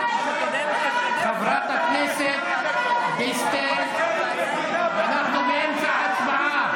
חברת הכנסת דיסטל, אנחנו באמצע ההצבעה.